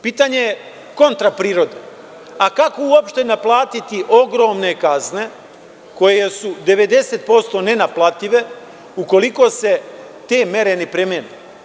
Pitanje je kontra prirode, a kako uopšte naplatiti ogromne kazne koje su 90% nenaplative ukoliko se te mere ne primene?